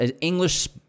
English